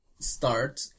Start